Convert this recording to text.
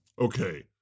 Okay